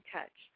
Touch